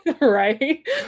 Right